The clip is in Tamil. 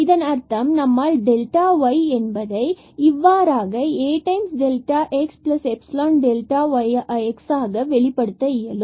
இதன் அர்த்தம் நம்மால் டெல்டாy என்பதை இவ்வாறாகy ஐ Axϵx ஆக வெளிப்படுத்த இயலும்